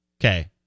Okay